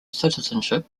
citizenship